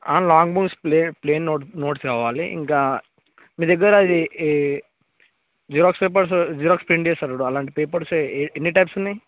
long books plain plain note notes books కావాలి ఇంకా మీ దగ్గర ఈ జిరాక్స్ పేపర్స్ జిరాక్స్ ప్రింట్ చేస్తారు చూడు అలాంటి పేపర్స్ ఎన్ని టైప్స్ ఉన్నాయి